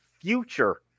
future